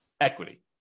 equity